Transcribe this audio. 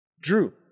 Drew